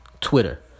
Twitter